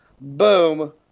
boom